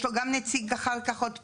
יש לו גם נציג אחר כך עוד פעם.